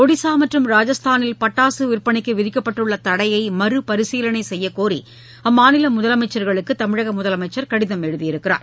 ஒடிஷா மற்றும் ராஜஸ்தானில் பட்டாசு விற்பனைக்கு விதிக்கப்பட்டுள்ள தடையை மறுபரிசீலனை செய்யக்கோரி அம்மாநில முதலமைச்சர்களுக்குதமிழக முதலமைச்சர் கடிதம் எழுதியுள்ளார்